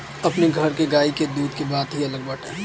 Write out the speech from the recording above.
अपनी घर के गाई के दूध के बात ही अलग बाटे